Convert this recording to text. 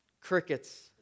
Crickets